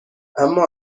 اما